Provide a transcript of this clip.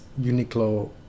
Uniqlo